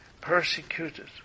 persecuted